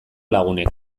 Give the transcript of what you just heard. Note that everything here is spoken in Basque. lagunek